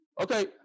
Okay